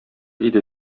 иде